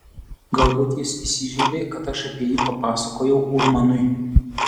galbūt jis įsižeidė kad aš apie jį papasakojau urmanui